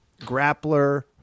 grappler